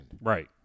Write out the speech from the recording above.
Right